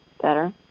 better